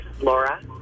Laura